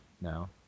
now